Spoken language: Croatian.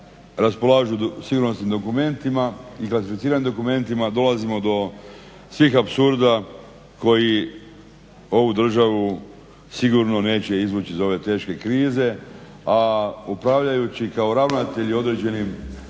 raspolažu sigurnosnim dokumentima i klasificiranim dokumentima dolazimo do svih apsurda koji ovu državu sigurno neće izvući iz ove teške krize, a upravljajući kao ravnatelj i određenim